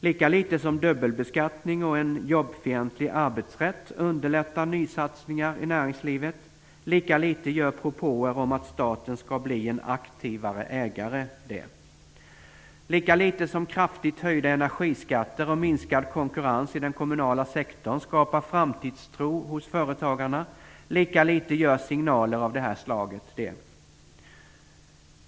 Lika litet som dubbelbeskattning och en jobbfientlig arbetsrätt underlättar nysatsningar i näringslivet, lika litet gör propåer om att staten skall bli en aktivare ägare det. Lika litet som kraftigt höjda energiskatter och minskad konkurrens i den kommunala sektorn skapar framtidstro hos företagarna, lika litet gör signaler av det här slaget det.